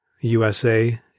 USA